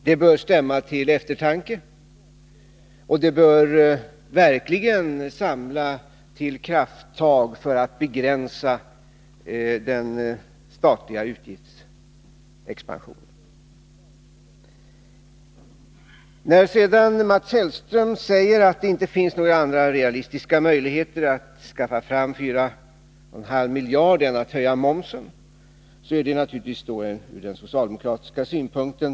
Detta bör stämma till eftertanke och verkligen samla oss till krafttag för att vi skall lyckas begränsa den statliga utgiftsexpansionen. När Mats Hellström sade att det inte finns några andra realistiska möjligheter att skaffa fram 4,5 miljarder kronor än att höja momsen, är det naturligtvis fråga om den socialdemokratiska synpunkten.